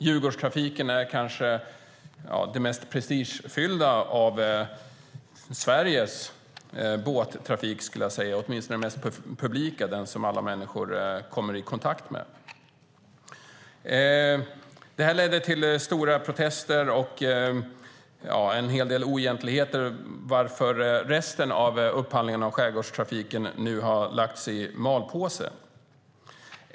Djurgårdstrafiken är kanske det mest prestigefyllda av Sveriges båttrafikföretag - åtminstone det mest publika och det som alla människor kommer i kontakt med. Detta ledde till stora protester och en hel del oegentligheter, varför resten av upphandlingen av skärgårdstrafiken nu har lagts i malpåse.